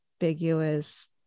ambiguous